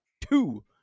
two